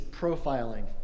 profiling